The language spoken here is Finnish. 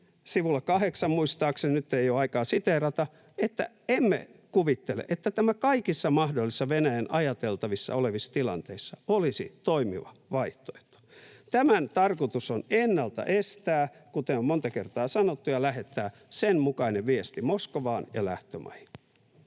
sivulla 8 muistaakseni, nyt ei ole aikaa siteerata — että emme kuvittele, että tämä kaikissa mahdollisissa Venäjän ajateltavissa olevissa tilanteissa olisi toimiva vaihtoehto. Tämän tarkoitus on ennalta estää, kuten on monta kertaa sanottu, ja lähettää sen mukainen viesti Moskovaan ja lähtömaihin.